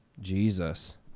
jesus